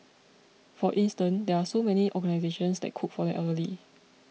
for instance there are so many organisations that cook for the elderly